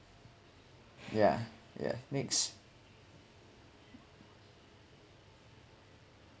yeah yeah next